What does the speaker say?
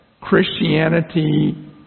Christianity